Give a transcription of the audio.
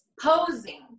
posing